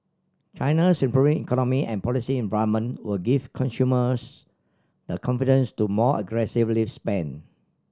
China's improving economy and policy environment will give consumers the confidence to more aggressively spend